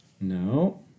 No